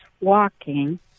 walking